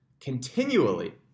continually